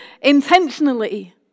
intentionally